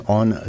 on